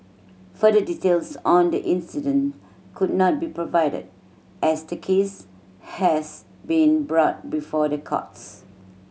further details on the incident could not be provided as the case has been brought before the courts